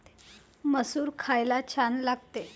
मसूर खायला छान लागते